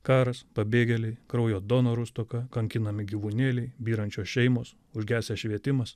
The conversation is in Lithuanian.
karas pabėgėliai kraujo donorų stoka kankinami gyvūnėliai byrančios šeimos užgesęs švietimas